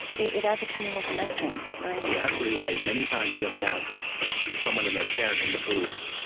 it it adds a communal dimension. right? you're absolutely right. many times you'll have someone and their parent in the booth,